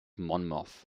monmouth